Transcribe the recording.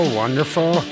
wonderful